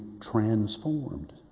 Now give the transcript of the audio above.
transformed